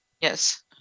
yes